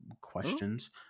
questions